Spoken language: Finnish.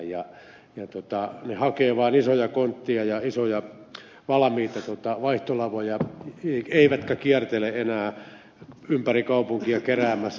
ne hakevat vain isoja kontteja ja isoja valmiita vaihtolavoja eivätkä kiertele enää ympäri kaupunkia keräämässä